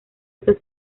estos